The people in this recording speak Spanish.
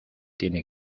tiene